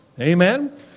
Amen